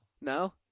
No